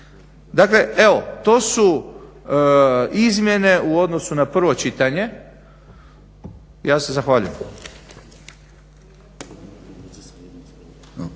Dakle, evo to su izmjene u odnosu na prvo čitanje, ja se zahvaljujem.